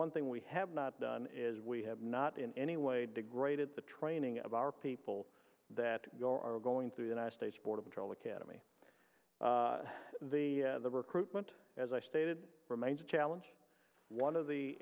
one thing we have not done is we have not in any way degraded the training of our people that you are going through united states border patrol academy the the recruitment as i stated remains a challenge one of the